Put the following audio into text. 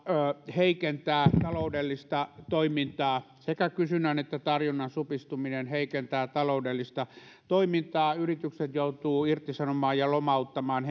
heikentää taloudellista toimintaa sekä kysynnän että tarjonnan supistuminen heikentää taloudellista toimintaa yritykset joutuvat irtisanomaan ja lomauttamaan